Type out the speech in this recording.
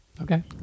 Okay